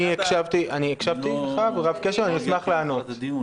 אני הקשבתי לך רב קשב ואני אשמח לענות לך.